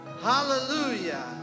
Hallelujah